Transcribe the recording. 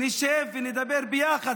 נשב ונדבר ביחד.